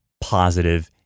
positive